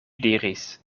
diris